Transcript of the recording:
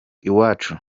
iwacu